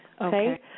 okay